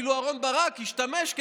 אפילו אהרן ברק השתמש,